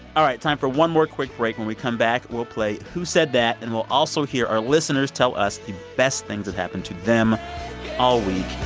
all right. time for one more quick break. when we come back, we'll play who said that, and we'll also hear our listeners tell us the best things that happened to them all week